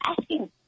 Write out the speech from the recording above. asking